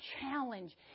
challenge